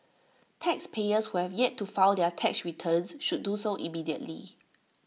taxpayers who have yet to file their tax returns should do so immediately